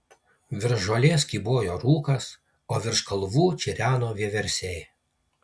virš žolės kybojo rūkas o virš kalvų čireno vieversiai